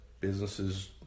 businesses